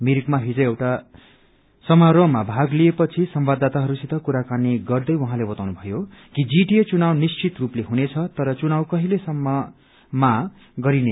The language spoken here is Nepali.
मिरिकमा हिज एउटा समारोहमा भाग लिए पछि संवाददाताहरूसित कुराकानी गर्दै उहाँले बताउनुभयो कि जीटीए चुनाव निश्चित रूपले हुनेछ तर चुनाव कहिलेसम्म हुनेछ यसबारे केही बताउनु भएन